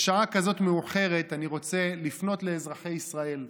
בשעה כזאת מאוחרת אני רוצה לפנות לאזרחי ישראל,